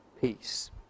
peace